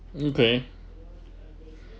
okay